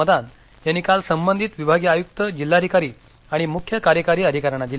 मदान यांनी काल संबंधित विभागीय आयुक्त जिल्हाधिकारी आणि मुख्य कार्यकारी अधिकाऱ्यांना दिल्या